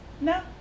No